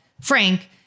Frank